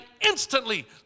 instantly